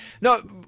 No